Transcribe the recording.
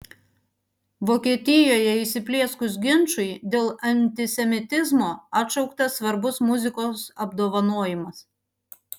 vokietijoje įsiplieskus ginčui dėl antisemitizmo atšauktas svarbus muzikos apdovanojimas